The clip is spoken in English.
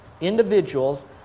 individuals